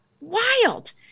wild